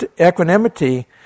Equanimity